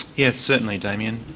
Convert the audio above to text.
yes, certainly, damien.